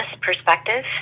perspective